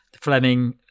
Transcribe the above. Fleming